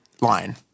line